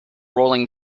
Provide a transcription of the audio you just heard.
rolling